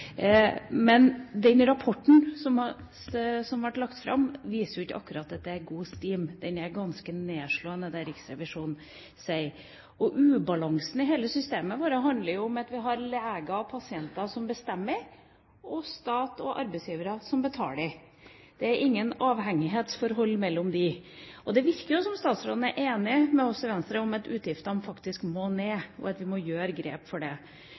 Den rapporten som ble lagt fram, viser ikke akkurat at det er «god stim». Det er ganske nedslående det Riksrevisjonen sier. Ubalansen i hele systemet vårt handler om at vi har leger og pasienter som bestemmer, og stat og arbeidsgivere som betaler. Det er ikke noe avhengighetsforhold mellom dem. Det virker som om statsråden er enig med oss i Venstre om at utgiftene faktisk må ned, og at vi må ta grep for det.